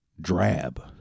drab